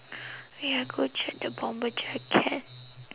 wait I go check the bomber jacket